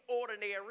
ordinary